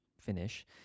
finish